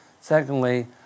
Secondly